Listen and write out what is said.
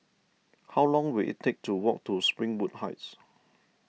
how long will it take to walk to Springwood Heights